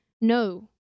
no